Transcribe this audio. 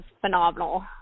phenomenal